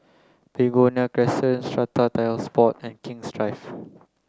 Begonia Crescent Strata Titles Board and King's Drive